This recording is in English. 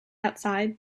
outside